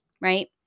right